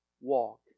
walk